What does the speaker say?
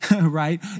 right